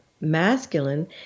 masculine